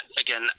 again